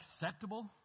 acceptable